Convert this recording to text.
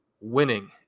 winning